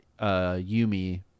yumi